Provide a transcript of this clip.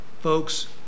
folks